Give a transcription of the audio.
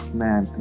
man